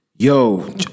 Yo